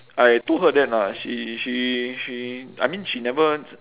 I told her that lah she she she I mean she never